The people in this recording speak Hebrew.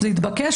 זה התבקש?